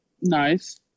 Nice